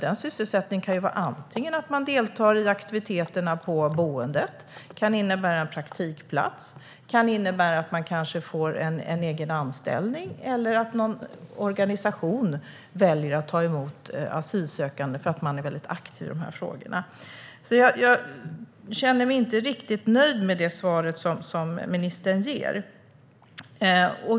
Denna sysselsättning kan vara att man antingen deltar i aktiviteterna på boendet, har en praktikplats, får en anställning eller aktiveras genom en organisation som är aktiv i de här frågorna. Som sagt känner jag mig inte riktigt nöjd med ministerns svar.